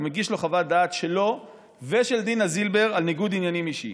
מגיש לו חוות דעת שלו ושל דינה זילבר על ניגוד עניינים אישי.